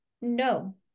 no